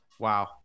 Wow